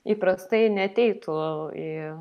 įprastai neateitų į